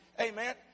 Amen